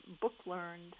book-learned